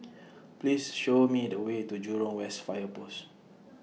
Please Show Me The Way to Jurong West Fire Post